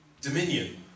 dominion